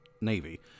Navy